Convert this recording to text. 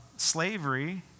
Slavery